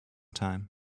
time